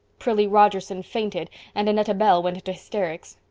prillie rogerson fainted and annetta bell went into hysterics.